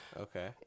Okay